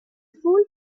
fool